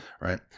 Right